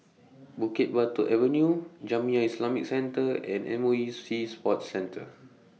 Bukit Batok Avenue Jamiyah Islamic Centre and M O E Sea Sports Centre